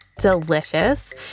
delicious